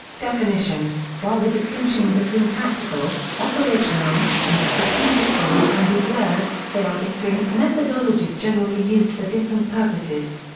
definition while the distinction between tactical, operational, and strategic bombing can be blurred, they are distinct methodologies generally used for different purposes.